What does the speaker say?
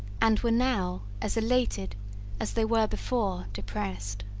and were now as elated as they were before depressed.